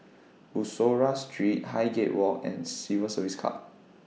Bussorah Street Highgate Walk and Civil Service Club